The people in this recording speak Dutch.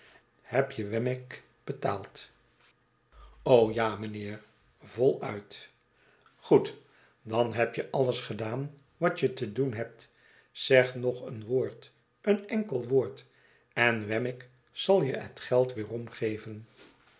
heb je wemmick betaald ja mijnheer voluit goed dan heb je alles gedaan wat je te doen hebt zeg nog een woord nogeenenkel woord en wemmick zal je het geld weerom